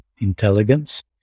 intelligence